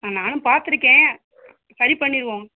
ஆ நானும் பார்த்துருக்கேன் சரி பண்ணிடுவோம்